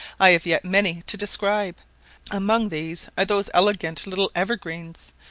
i have yet many to describe among these are those elegant little evergreens,